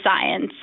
science